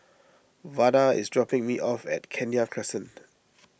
Vada is dropping me off at Kenya Crescent